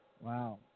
Wow